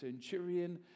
centurion